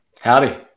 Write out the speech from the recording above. Howdy